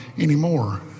Anymore